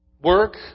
work